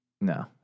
No